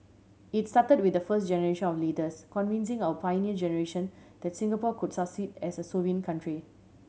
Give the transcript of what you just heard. it started with the first generation of leaders convincing our Pioneer Generation that Singapore could succeed as a sovereign country